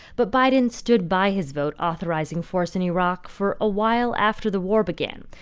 but biden stood by his vote authorizing force in iraq for a while after the war began.